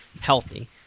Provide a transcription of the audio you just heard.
healthy